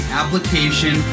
application